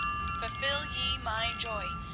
fulfil ye my joy,